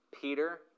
Peter